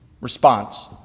response